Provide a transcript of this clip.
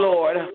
Lord